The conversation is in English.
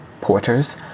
porters